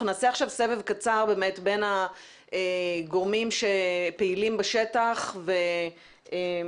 נעשה עכשיו סבב קצר בין הגורמים הפעילים בשטח ומתנגדים.